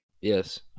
Yes